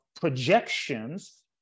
projections